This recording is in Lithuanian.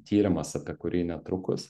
tyrimas apie kurį netrukus